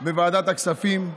בוועדת הכספים,